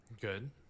Good